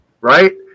right